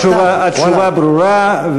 התשובה ברורה,